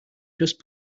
just